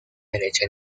derecha